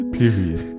period